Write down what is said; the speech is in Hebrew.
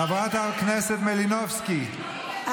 חברת הכנסת מלינובסקי,